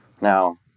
Now